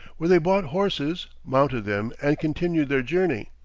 where they bought horses, mounted them and continued their journey,